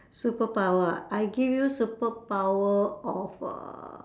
superpower ah I give you superpower of uh